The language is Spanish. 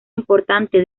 importante